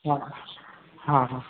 हा हा हा